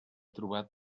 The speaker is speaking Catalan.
trobat